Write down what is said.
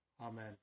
Amen